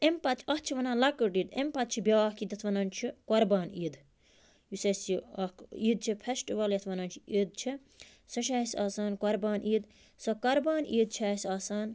تہٕ أمۍ پَتہٕ اَتھ چھِ وَنان لَکٕٹۍ عیٖد أمۍ پَتہٕ چھِ بیاکھ عیٖد یَتھ وَنان چھِ قربان عیٖد یُس اَسہِ یہِ اَکھ عیٖد چھےٚ فیٚشٹٕوَل یَتھ وَنان چھِ عید چھےٚ سۄ چھِ اَسہِ آسان قربان عیٖد سۄ قربان عیٖد چھِ اَسہِ آسان